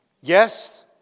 Yes